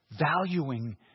Valuing